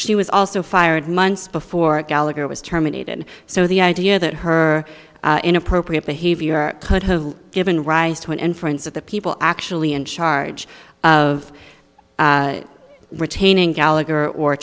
she was also fired months before gallagher was terminated so the idea that her inappropriate behavior could have given rise to an inference of the people actually in charge of retaining gallagher or